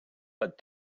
but